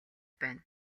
байна